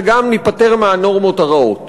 וגם ניפטר מהנורמות הרעות.